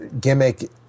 gimmick